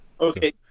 Okay